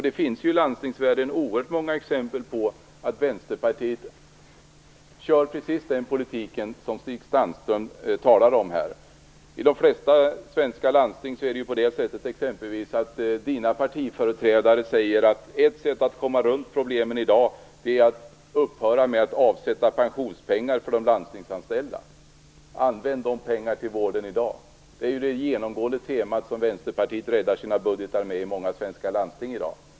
Det finns i landstingsvärlden oerhört många exempel på att Vänsterpartiet driver precis den politik som Stig Sandström talar om. I de flesta svenska landsting säger Stig Sandströms partiföreträdare att ett sätt att komma runt problemen är att upphöra med att avsätta pensionspengar för de landstingsanställda. Man vill att dessa pengar skall användas i vården i stället. Det är ju ett genomgående tema som Vänsterpartiet räddar sina budgetar med i många svenska landsting.